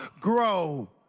grow